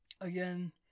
Again